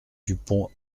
dupont